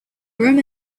urim